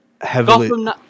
heavily